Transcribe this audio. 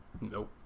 Nope